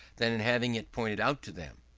than in having it pointed out to them.